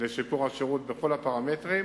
ולשיפור השירות בכל הפרמטרים,